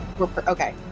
Okay